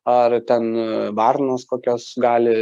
ar ten varnos kokios gali